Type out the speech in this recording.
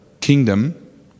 kingdom